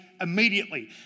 immediately